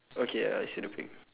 okay uh I see the pig